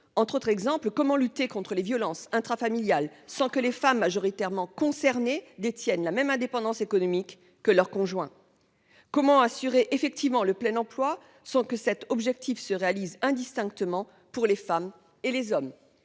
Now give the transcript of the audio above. lutter, par exemple, contre les violences intrafamiliales sans que les femmes, majoritairement concernées, détiennent la même indépendance économique que leur conjoint ? Comment assurer effectivement le plein emploi sans que cet objectif se réalise indistinctement pour les femmes et les hommes ?